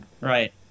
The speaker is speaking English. right